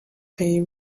they